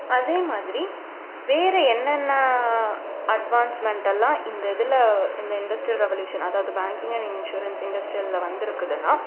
அதே மாதிரி வேறு என்ன என்ன அட்வான்ஸ்மெண்டெல்லாம் இந்த இதில் இந்த இண்டஸ்ட்ரியல் ரெவல்யூஷன் அதாவது பேங்கிங் அண்ட் இன்ஷுரன்ஸ் இண்டஸ்ட்ரியலில் வந்துருக்குதுன்னா